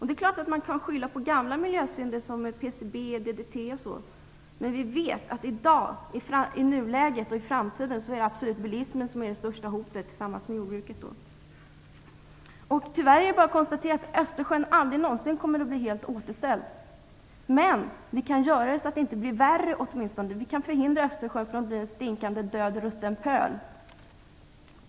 Det är klart att man kan skylla på gamla miljösynder som PCB och DDT, men vi vet att i dag och i framtiden är det bilismen som tillsammans med jordbruket är det största hotet. Tyvärr är det bara att konstatera att Östersjön aldrig någonsin kommer att bli helt återställd. Men vi kan åtminstone se till att det inte blir värre. Vi kan hindra att Östersjön blir en stinkande, död, rutten pöl.